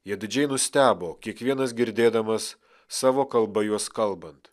jie didžiai nustebo kiekvienas girdėdamas savo kalba juos kalbant